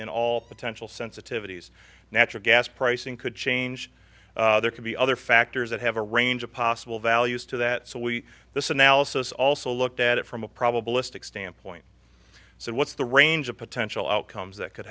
and all potential sensitivities natural gas pricing could change there could be other factors that have a range of possible values to that so we this analysis also looked at it from a probabilistic standpoint so what's the range of potential outcomes that could